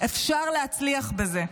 אפשר להצליח בזה.